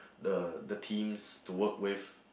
the the teams to work with